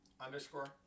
underscore